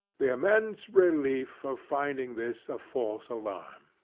the immense relief of finding this a false alarm!